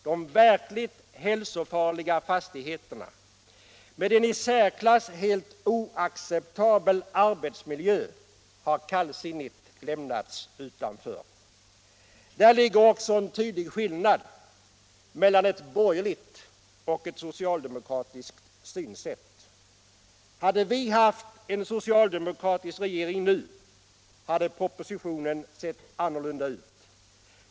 De verkligt hälsofarliga fastigheterna med en i särklass helt oacceptabel arbetsmiljö har kallsinnigt lämnats utanför. Där ligger också en tydlig skillnad mellan ett borgerligt och ett socialdemokratiskt synsätt. Hade vi haft en socialdemokratisk regering nu hade propositionen sett annorlunda ut.